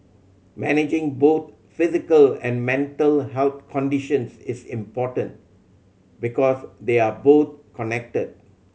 managing both physical and mental health conditions is important because they are both connected